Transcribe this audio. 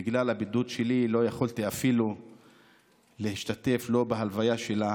בגלל הבידוד שלי לא יכולתי אפילו להשתתף בהלוויה שלה